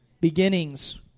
beginnings